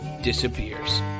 Disappears